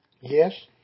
Yes